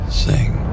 sing